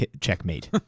checkmate